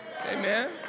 Amen